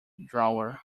drawer